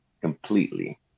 Completely